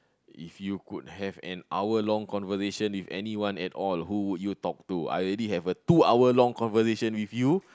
if you could have an hour long conversation with anyone at all who would you talk to I already have a two hour long conversation with you